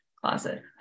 closet